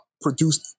produced